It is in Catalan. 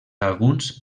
alguns